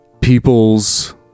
people's